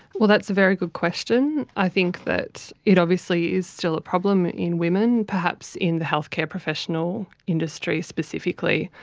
well, that's a very good question. i think that it obviously is still a problem in women, perhaps in the healthcare professional industry specifically.